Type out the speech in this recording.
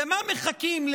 למה מחכים?